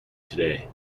today